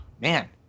man